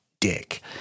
dick